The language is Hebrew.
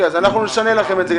נשנה לכם את זה.